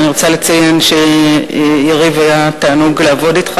אני רוצה לציין: יריב, היה תענוג לעבוד אתך